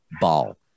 Ball